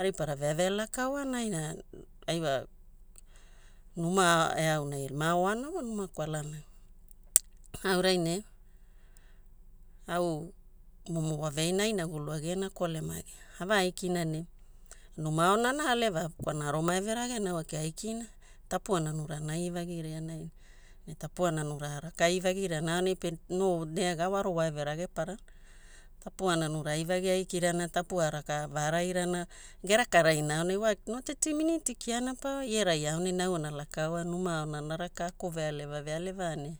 aripara veavea elakaoana aina ai wa numai eaunai ema oana wa numa kwalanai. Aurai ne momo waveaina ainagulu agirana kolemana. Avaikina ne numa aona ana aleva'a kwalana aro maeve ragena a kilan aikina tapua nanura ana iivagiria naina. Ne tapua nanura araka iivagirana aonai pe no nega wa aro waeve ragepara na. Tapua nanura aiivagi aikirana, tapua araka varairana, geraka raina aonai wa no teti miniti kiana, ie rai aonai ne au ana lakaoa numa aona ana raka ako vealeva vealeva ne